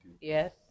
Yes